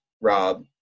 Rob –